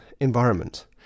environment